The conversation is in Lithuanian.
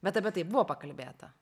bet apie tai buvo pakalbėta